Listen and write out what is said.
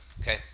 okay